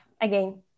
again